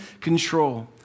control